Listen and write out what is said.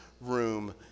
room